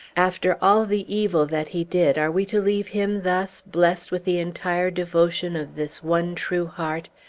after all the evil that he did, are we to leave him thus, blest with the entire devotion of this one true heart,